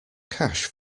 cash